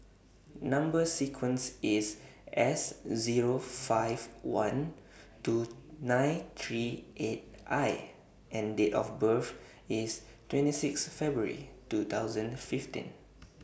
Number sequence IS S Zero five one two nine three eight I and Date of birth IS twenty six February two thousand fifteen